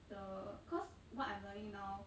the cause what I'm learning now